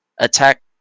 attack